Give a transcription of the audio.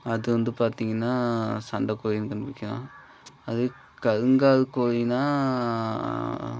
அது வந்து பார்த்திங்கன்னா சண்டக்கோழின்னு கண்டுபிடிக்கலாம் அதே கருங்கால் கோழின்னா